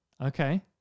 Okay